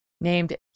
named